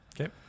Okay